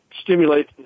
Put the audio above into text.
stimulate